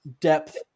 depth